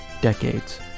decades